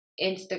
Instagram